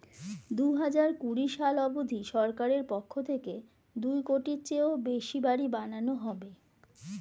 দুহাজার কুড়ি সাল অবধি সরকারের পক্ষ থেকে দুই কোটির চেয়েও বেশি বাড়ি বানানো হবে